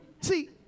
see